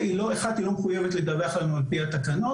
אחד, היא לא מחויבת לדווח לנו על פי התקנות.